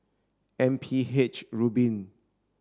M P H Rubin